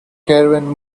caravan